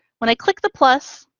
when i click the plus,